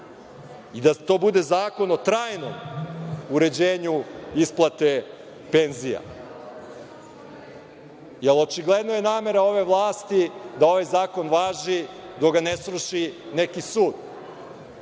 i da to bude zakon o trajnom uređenju isplate penzija, jer očigledno je namera ove vlasti da ovaj zakon važi dok ga ne sruši neki sud.